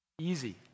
Easy